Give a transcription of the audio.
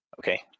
Okay